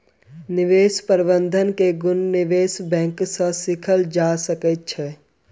निवेश प्रबंधन के गुण निवेश बैंक सॅ सीखल जा सकै छै